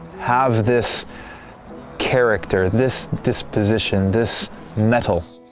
have this character, this disposition, this mettle.